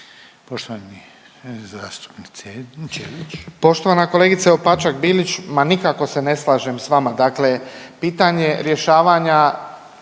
Poštovani zastupnik